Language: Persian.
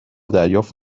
دریافت